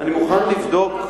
אני מוכן לבדוק,